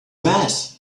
mess